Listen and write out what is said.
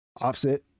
Offset